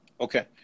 Okay